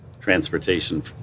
transportation